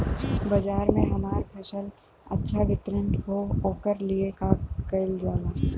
बाजार में हमार फसल अच्छा वितरण हो ओकर लिए का कइलजाला?